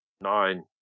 nine